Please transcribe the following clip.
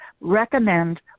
recommend